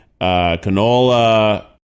canola